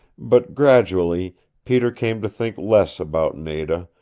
but gradually peter came to think less about nada,